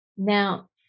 Now